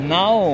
now